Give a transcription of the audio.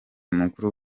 mukuru